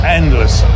endless